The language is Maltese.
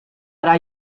ara